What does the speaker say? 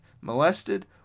molested